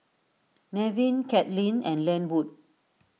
Nevin Caitlynn and Lenwood